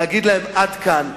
להגיד להם: עד כאן,